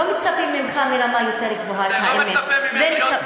לא מצפים ממך לרמה יותר גבוהה, את האמת.